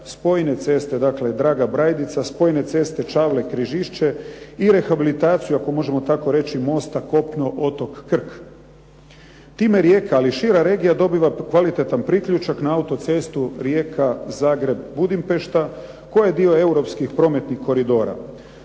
spojne ceste dakle Draga-Brajdica, spojne ceste Čavle-Križišće i rehabilitaciju ako možemo tako reći mosta kopno-otok Krk. Time Rijeka, ali i šira regija dobiva kvalitetan priključak na autocestu Rijeka-Zagreb-Budimpešta koja je dio europskih prometnih koridora.